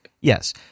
Yes